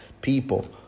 people